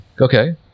Okay